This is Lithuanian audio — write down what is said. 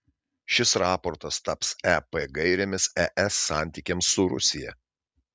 šis raportas taps ep gairėmis es santykiams su rusija